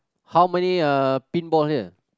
how many uh pinball here